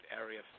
area